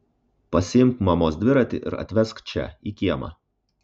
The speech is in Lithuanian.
pasiimk mamos dviratį ir atvesk čia į kiemą